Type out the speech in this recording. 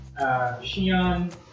Shion